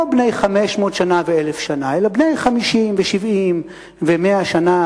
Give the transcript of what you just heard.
לא בני 500 שנה ו-1,000 שנה אלא בני 50 ו-70 ו-100 שנה,